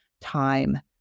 time